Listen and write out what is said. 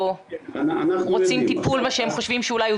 או רוצים טיפול שהם חושבים שאולי הוא